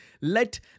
let